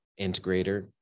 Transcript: integrator